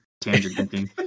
tangent-thinking